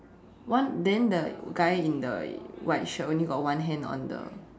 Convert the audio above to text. one then the guy in the white shirt only got one hand on the